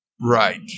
Right